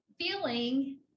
feeling